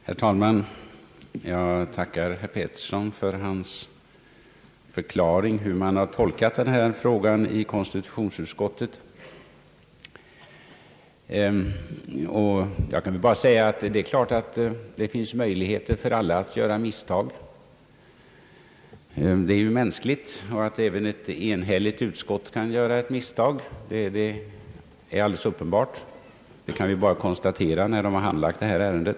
Herr talman! Jag tackar för herr Petterssons förklaring av hur man i konstitutionsutskottet har tolkat denna fråga. Självfallet finns det möjligheter för alla att göra misstag. Det är ju mänskligt, och att även ett enhälligt utskott kan göra misstag är alldeles uppenbart. Det kan vi konstatera när utskottet har handlagt detta ärende.